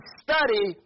study